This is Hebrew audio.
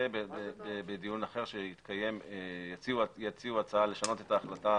בדיון אחר שיתקיים - יציעו הצעה לשנות את ההחלטה